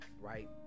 right